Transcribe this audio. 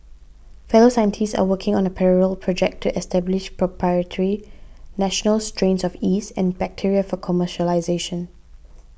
fellow scientists are working on a parallel project to establish proprietary national strains of yeast and bacteria for commercialisation